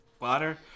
water